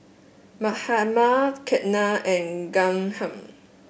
Mahatma Ketna and Ghanshyam